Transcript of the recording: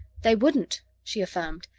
they wouldn't, she affirmed.